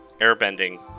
airbending